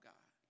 God